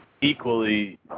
equally